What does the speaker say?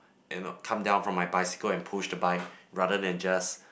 you know come down from my bicycle and push the bike rather than just